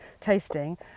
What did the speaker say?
tasting